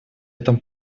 этом